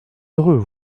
heureux